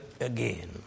again